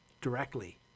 directly